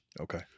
Okay